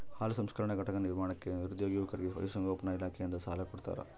ಹಾಲು ಸಂಸ್ಕರಣಾ ಘಟಕ ನಿರ್ಮಾಣಕ್ಕೆ ನಿರುದ್ಯೋಗಿ ಯುವಕರಿಗೆ ಪಶುಸಂಗೋಪನಾ ಇಲಾಖೆಯಿಂದ ಸಾಲ ಕೊಡ್ತಾರ